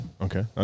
Okay